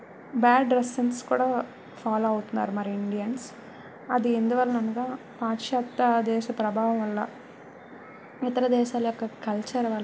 bad dress sense కూడా follow అవుతున్నారు మరి ఇండియన్స్ అది ఎందువలన అనగా పాశ్చాత్య దేశ ప్రభావం వల్ల ఇతర దేశాల యొక్క కల్చర్ వల్ల